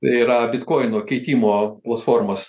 tai yra bitkoinų keitimo platformos